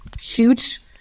huge